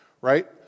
right